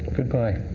good-bye.